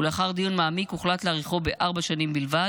ולאחר דיון מעמיק הוחלט להאריכו בארבע שנים בלבד,